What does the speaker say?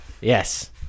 yes